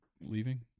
leaving